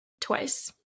twice